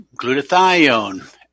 glutathione